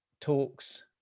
talks